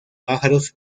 pájaros